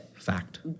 Fact